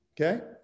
okay